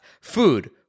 Food